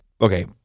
Okay